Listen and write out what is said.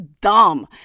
dumb